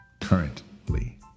Currently